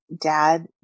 dad